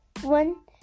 One